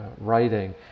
writing